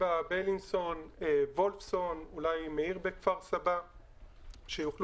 האוצר והוא יוכל